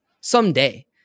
someday